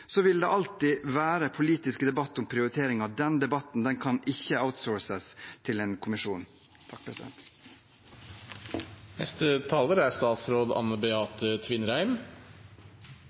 Så vil det alltid være politisk debatt om prioriteringer. Den debatten kan ikke outsources til en kommisjon.